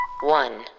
One